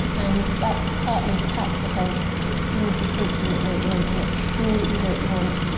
and that's partly perhaps because even if you think you might know what you want, you're not sure that you know what you want,